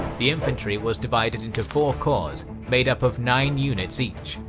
the infantry was divided into four corps made up of nine units each,